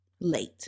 late